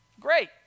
Great